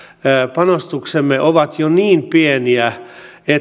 panostuksemme ovat jo niin pieniä että